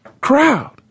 crowd